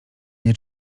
nie